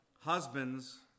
Husbands